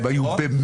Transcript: הם היו במתח.